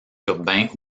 urbains